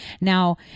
now